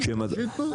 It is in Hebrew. שייתנו.